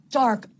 dark